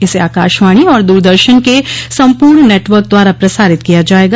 इसे आकाशवाणी और दूरदर्शन के संपूर्ण नेटवर्क द्वारा प्रसारित किया जायेगा